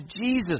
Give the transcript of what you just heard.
Jesus